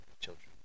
children